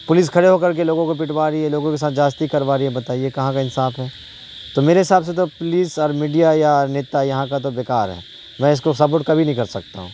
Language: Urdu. پولیس کھڑے ہو کر کے لوگوں کو پٹوا رہی ہے لوگوں کے ساتھ جیاستی کروا رہی ہے بتائیے کہاں کا انصاف ہے تو میرے حساب سے تو پولیس اور میڈیا یا نیتا یہاں کا تو بیکار ہے میں اس کو سپورٹ کبھی نہیں کر سکتا ہوں